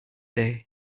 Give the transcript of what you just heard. day